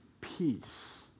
peace